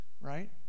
right